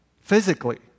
physically